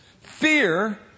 Fear